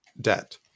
debt